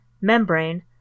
Membrane